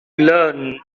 learn